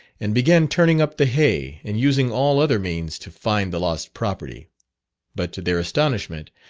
and began turning up the hay and using all other means to find the lost property but, to their astonishment,